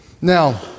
Now